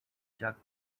chuck